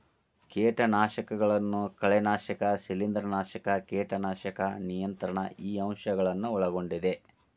ಕೇಟನಾಶಕಗಳನ್ನು ಕಳೆನಾಶಕ ಶಿಲೇಂಧ್ರನಾಶಕ ಕೇಟನಾಶಕ ನಿಯಂತ್ರಣ ಈ ಅಂಶ ಗಳನ್ನು ಒಳಗೊಂಡಿದೆ